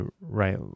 right